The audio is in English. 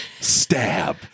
stab